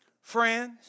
Friends